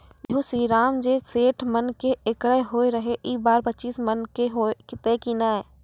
गेहूँ श्रीराम जे सैठ मन के एकरऽ होय रहे ई बार पचीस मन के होते कि नेय?